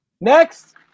Next